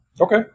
Okay